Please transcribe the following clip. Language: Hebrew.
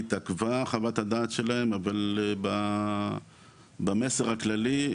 חוות הדעת שלהם התעכבה אבל במסר הכללי,